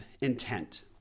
intent